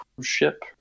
ship